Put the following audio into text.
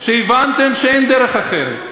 שהבנתם שאין דרך אחרת.